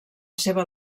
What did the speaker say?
seva